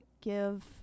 give